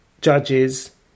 judges